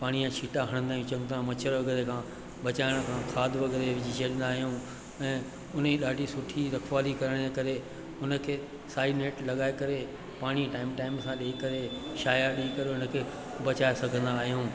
पाणीअ जा छीटा वगग़ैरह हणंदा आहियूं चङी तरह मछर वगैरा खां बचाइण लाइ खाद वग़ैरह विझी छॾंदा आ्यूंहि ऐं उन ई ॾाढी सुठी रखवाली करण जे करे उन खे साई नेट लॻाए करे पाणी टाइम टाइम सां ॾेई करे शाया ॾेई करे उन खे बचाए सघंदा आहियूं